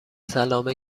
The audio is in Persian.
سلام